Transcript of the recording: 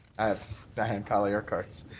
i have diane colley-urquhart's.